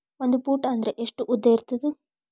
ಒಂದು ಫೂಟ್ ಅಂದ್ರೆ ಎಷ್ಟು ಉದ್ದ ಇರುತ್ತದ?